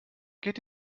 geht